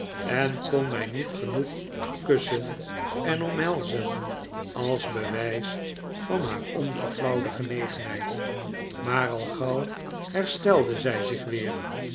en kon mij niet genoeg kussen en omhelzen als bewijs van haar onverflauwde genegenheid maar al gauw herstelde zij zich weer